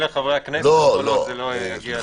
היא לא אדישה.